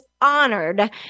honored